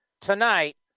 tonight